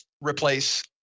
replace